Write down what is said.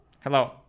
Hello